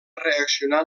reaccionar